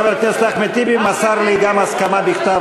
חבר הכנסת אחמד טיבי מסר לי גם הסכמה בכתב